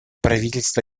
правительство